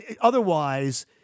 Otherwise